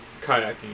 kayaking